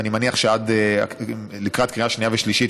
ואני מניח שלקראת קריאה שנייה ושלישית,